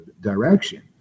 direction